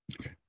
Okay